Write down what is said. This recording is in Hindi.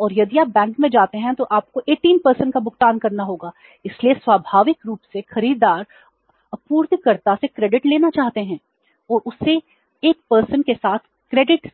और यदि आप बैंक में जाते हैं तो आपको 18 का भुगतान करना होगा इसलिए स्वाभाविक रूप से खरीदार आपूर्तिकर्ता से क्रेडिट लेना चाहते हैं और उसे 1 के साथ क्रेडिट